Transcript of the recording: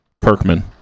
perkman